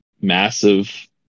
massive